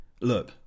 look